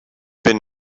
been